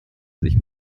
sich